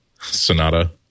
Sonata